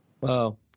Wow